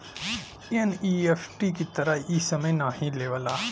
NEFT की तरह इ समय नाहीं लेवला